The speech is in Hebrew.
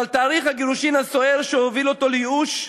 אבל תהליך הגירושים הסוער הוביל אותו לייאוש.